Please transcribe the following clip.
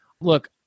look